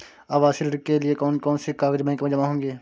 आवासीय ऋण के लिए कौन कौन से कागज बैंक में जमा होंगे?